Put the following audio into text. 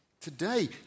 today